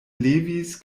levis